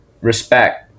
respect